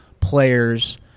players